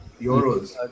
euros